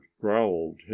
growled